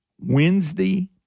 Wednesday